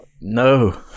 no